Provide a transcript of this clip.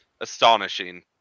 astonishing